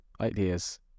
ideas